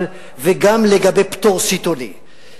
אבל גם לגבי פטור סיטוני.